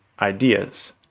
Ideas